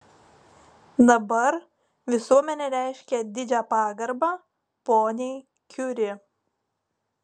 dabar visuomenė reiškia didžią pagarbą poniai kiuri